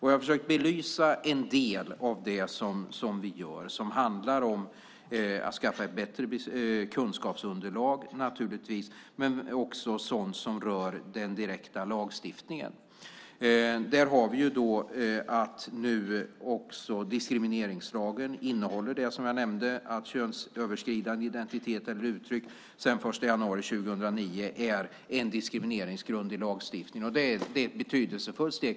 Jag har försökt att belysa en del av det vi gör. Det handlar om att skaffa ett bättre kunskapsunderlag men också sådant som rör den direkta lagstiftningen. Diskrimineringslagen innehåller, som jag nämnde, att könsöverskridande identitet eller uttryck sedan den 1 januari 2009 är en diskrimineringsgrund. Det är ett betydelsefullt steg.